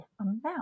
amount